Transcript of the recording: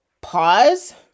pause